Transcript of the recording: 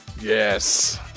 Yes